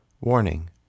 Warning